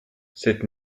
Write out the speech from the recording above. cette